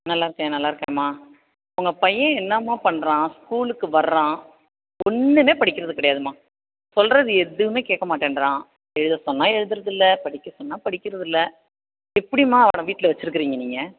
நல்லாருக்கேன் நல்லாருக்கேன்மா உங்கள் பையன் என்னாம்மா பண்ணுறான் ஸ்கூல்லுக்கு வர்றான் ஒன்றுமே படிக்கிறது கிடையாதும்மா சொல்லுறது எதுவுமே கேட்க மாட்டேன்றான் எழுத சொன்னால் எழுதுறது இல்லை படிக்க சொன்னால் படிக்கிறது இல்லை எப்படின்மா அவனை வீட்டில் வச்சுருக்கீங்க நீங்கள்